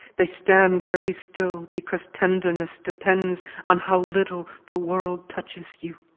they stand very still because tenderness depends on how little the world touches you.